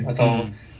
mm